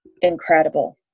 incredible